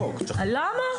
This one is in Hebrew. למה?